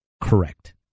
correct